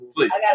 Please